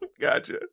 gotcha